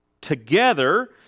together